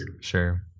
Sure